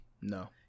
No